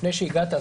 לפני שהגעת,